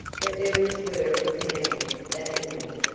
that berries were in demand that morning,